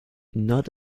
not